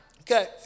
Okay